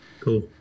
cool